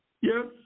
Yes